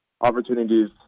opportunities